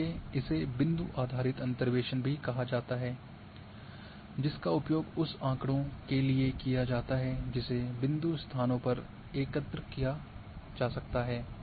इसीलिए इसे बिंदु आधारित अंतर्वेसन भी कहा जाता है जिसका उपयोग उस आँकड़ों के लिए किया जाता है जिसे बिंदु स्थानों पर एकत्र किया जा सकता है